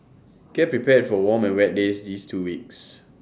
get prepared for warm and wet days these two weeks